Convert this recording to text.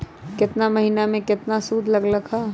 केतना महीना में कितना शुध लग लक ह?